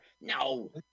No